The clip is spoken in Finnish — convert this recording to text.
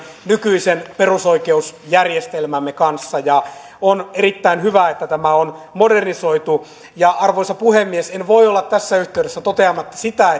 nykyisen perusoikeusjärjestelmämme kanssa on erittäin hyvä että tämä on modernisoitu arvoisa puhemies en voi olla tässä yhteydessä toteamatta sitä